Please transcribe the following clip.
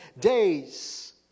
days